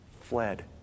fled